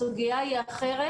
הסוגיה היא אחרת